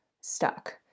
stuck